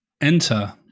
enter